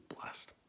blessed